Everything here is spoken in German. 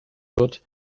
wird